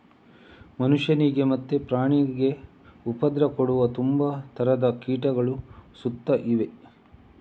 ಮನುಷ್ಯನಿಗೆ ಮತ್ತೆ ಪ್ರಾಣಿಗೆ ಉಪದ್ರ ಕೊಡುವ ತುಂಬಾ ತರದ ಕೀಟಗಳು ಸುತ್ತ ಇವೆ